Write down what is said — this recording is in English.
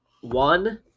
One